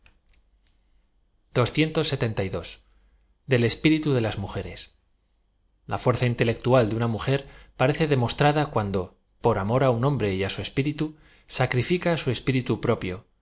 it u de las mujeres a fuerza intelectual de una mujer parece demoa trada cuando por amor ud hombre y á su espíritu sacrifica au espíritu propio